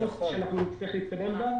שותפות שנצטרך להתקדם בה,